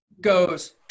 goes